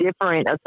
different